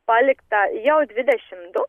palikta jau dvidešim du